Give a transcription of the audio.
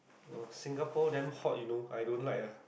Singapore damn hot you know I don't like ah